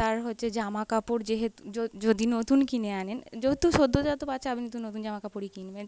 তার হচ্ছে জামাকাপড় যেহেতু যদি নতুন কিনে আনেন যেহেতু সদ্যজাত বাচ্চা আপনি তো নতুন জামাকাপড়ই কিনবেন